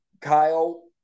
Kyle